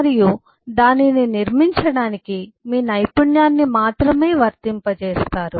మరియు దానిని నిర్మించడానికి మీ నైపుణ్యాన్ని మాత్రమే వర్తింపజేస్తారు